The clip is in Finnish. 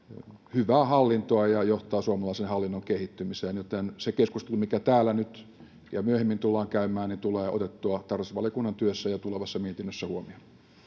hyvää hallintoa ja johtaa suomalaisen hallinnon kehittymiseen joten se keskustelu mikä täällä nyt ja myöhemmin tullaan käymään tulee otettua tarkastusvaliokunnan työssä ja tulevassa mietinnössä huomioon